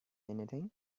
anything